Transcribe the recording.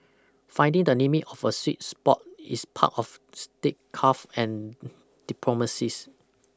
finding the limits of a sweet spot is part of state carve and diplomacies